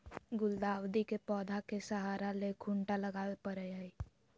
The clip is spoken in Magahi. गुलदाऊदी के पौधा के सहारा ले खूंटा लगावे परई हई